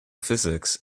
physics